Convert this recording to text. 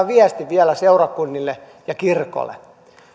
viestin vielä seurakunnille ja kirkolle